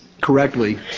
correctly